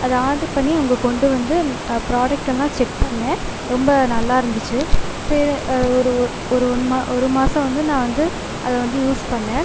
அதை ஆர்டர் பண்ணி அவங்க கொண்டு வந்து ப்ராடக்ட்டெலாம் செக் பண்ணேன் ரொம்ப நல்லா இருந்துச்சு சரி ஒரு ஒரு ஒரு ஒன் ஒரு மாதம் வந்து நான் வந்து அதை வந்து யூஸ் பண்ணேன்